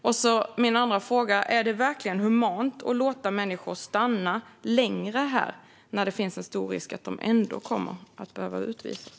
Och är det verkligen humant att låta människor stanna här längre när det finns en stor risk för att de ändå kommer att behöva utvisas?